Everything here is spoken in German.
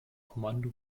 kommando